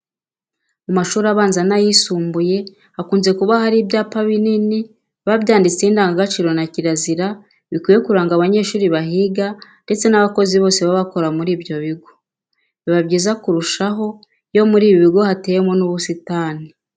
Mu mashuri abanza n'ayisumbuye hakunze kuba hari ibyapa binini biba byanditseho indangagaciro na kirazira bikwiye kuranga abanyeshuri bahiga ndetse n'abakozi bose baba bakora muri ibyo bigo. Biba byiza kurushaho iyo muri ibi bigo hateyemo n'ubusitani.